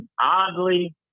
oddly